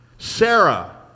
sarah